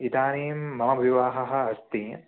इदानीं मम विवाहः अस्ति